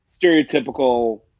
stereotypical